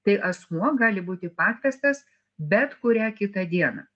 tai asmuo gali būti pakviestas bet kurią kitą dieną